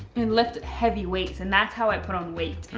and lift heavy weights. and that's how i put on weight.